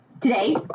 today